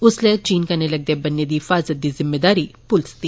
उस्सलै चीन कन्नै लगदे बन्ने दे हिफाजत दी जिम्मेदारी प्लस दी ही